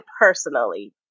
personally